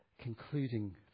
concluding